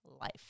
life